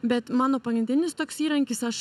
bet mano pagrindinis toks įrankis aš